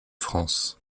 france